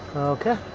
okay,